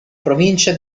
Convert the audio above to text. provincia